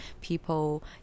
people